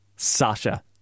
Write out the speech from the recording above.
Sasha